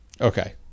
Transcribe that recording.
Okay